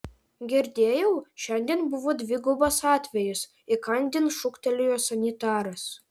girdėjau šiandien buvo dvigubas atvejis įkandin šūktelėjo sanitaras